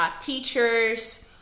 teachers